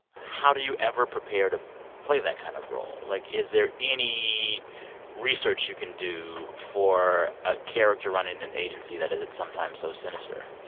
how do you ever prepare to play that kind of role? like, is there any research you can do for a character running an agency that is at some times so sinister?